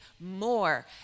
more